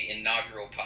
inaugural